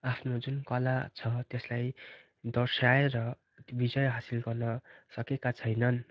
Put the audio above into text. आफ्नो जुन कला छ त्यसलाई दर्साएर विजय हासिल गर्न सकेका छैनन्